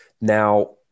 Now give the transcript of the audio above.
Now